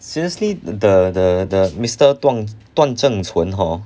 seriously the the the the mister 段段正淳 hor